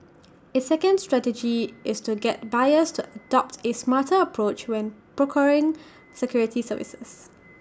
A second strategy is to get buyers to adopt A smarter approach when procuring security services